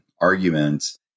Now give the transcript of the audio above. arguments